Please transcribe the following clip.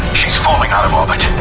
she's falling out of orbit.